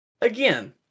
again